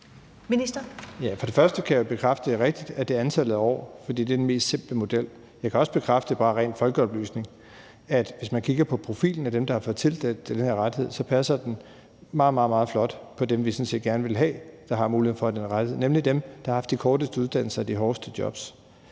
er rigtigt, at det er antallet af år, fordi det er den mest simple model. Jeg kan også bekræfte bare som ren folkeoplysning, at hvis man kigger på profilen af dem, der har fået tilkendt den her rettighed, så passer den meget, meget flot med dem, vi sådan set gerne vil have har muligheden for den her rettighed, nemlig dem, der har haft de korteste uddannelser og de hårdeste jobs.